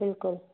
बिल्कुलु